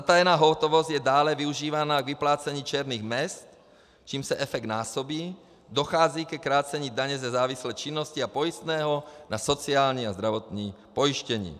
Zatajená hotovost je dále využívána k vyplácení černých mezd, čímž se efekt násobí, dochází ke krácení daně ze závislé činnosti a pojistného na sociální a zdravotní pojištění.